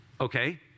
Okay